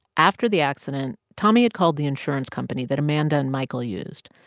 after the accident, tommy had called the insurance company that amanda and michael used,